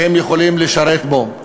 שהם יכולים לשרת בו.